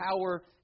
power